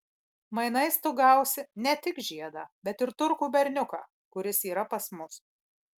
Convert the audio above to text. mainais tu gausi ne tik žiedą bet ir turkų berniuką kuris yra pas mus